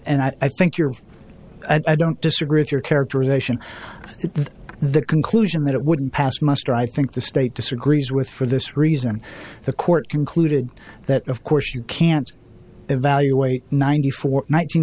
and i think you're i don't disagree with your characterization of the conclusion that it wouldn't pass muster i think the state disagrees with for this reason the court concluded that of course you can't evaluate ninety four